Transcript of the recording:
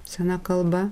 sena kalba